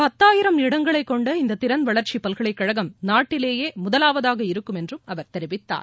பத்தாயிரம் இடங்களை கொண்ட இந்த திறன் வளர்ச்சி பல்கலைக்கழகம் நாட்டிலேயே முதவாவதாக இருக்கும் என்றும் அவர் தெரிவித்தார்